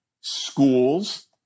schools